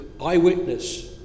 eyewitness